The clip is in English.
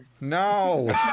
No